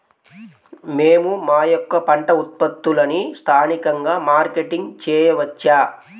మేము మా యొక్క పంట ఉత్పత్తులని స్థానికంగా మార్కెటింగ్ చేయవచ్చా?